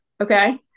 okay